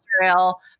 Israel